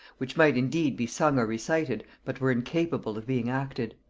which might indeed be sung or recited, but were incapable of being acted.